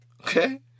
Okay